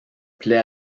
plaît